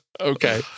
okay